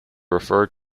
refer